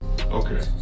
Okay